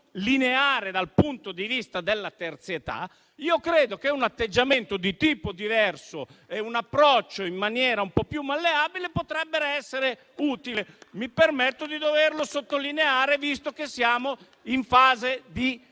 lineare dal punto di vista della terzietà, credo che un atteggiamento di tipo diverso e un approccio un po' più malleabile potrebbero essere utili. Mi permetto di sottolinearlo, visto che siamo in fase di